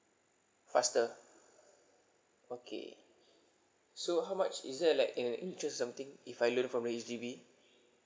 faster okay so how much is there like in~ interest something if I loan from H_D_B